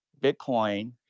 Bitcoin